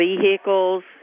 vehicles